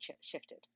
shifted